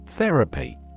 Therapy